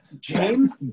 James